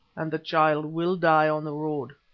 and the child will die on the road.